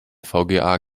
vga